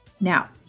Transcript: Now